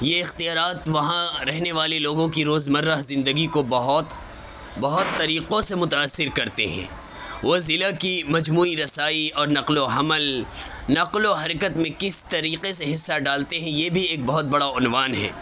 یہ اختیارات وہاں رہنے والے لوگوں کی روز مرہ زندگی کو بہت بہت طریقوں سے متاثر کرتے ہیں وہ ضلع کی مجموعی رسائی اور نقل و حمل نقل و حرکت میں کس طریقے سے حصہ ڈالتے ہیں یہ بھی ایک بہت بڑا عنوان ہے